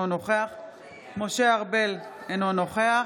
אינו נוכח